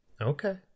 Okay